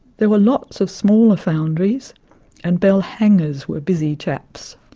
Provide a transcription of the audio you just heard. there were lots of smaller foundries and bell hangers were busy chaps.